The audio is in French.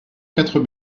quatre